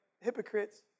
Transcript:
hypocrites